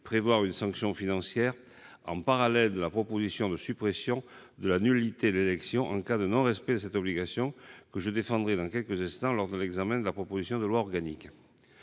prévoir une sanction financière en parallèle de la proposition de suppression de la nullité de l'élection en cas de non-respect de cette obligation, que je défendrai lors de l'examen de la proposition de loi organique.